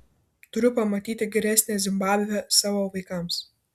turiu pamatyti geresnę zimbabvę savo vaikams